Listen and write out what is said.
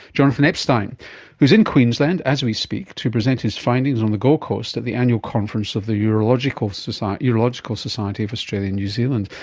jonathan epstein who's in queensland as we speak to present his findings on the gold coast at the annual conference of the urological society urological society of australia and new zealand.